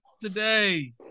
today